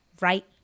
right